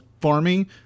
farming